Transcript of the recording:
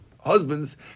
husbands